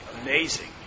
amazing